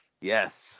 Yes